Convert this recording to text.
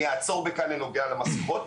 אני אעצור כאן בנוגע למסיכות.